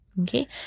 okay